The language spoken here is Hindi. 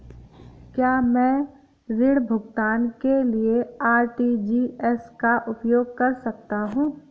क्या मैं ऋण भुगतान के लिए आर.टी.जी.एस का उपयोग कर सकता हूँ?